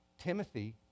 Timothy